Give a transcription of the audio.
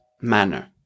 manner